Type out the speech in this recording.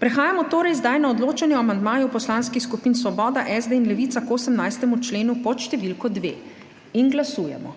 Prehajamo torej zdaj na odločanje o amandmaju poslanskih skupin Svoboda, SD in Levica k 18. členu pod številko 2. Glasujemo.